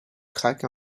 traque